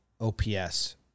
OPS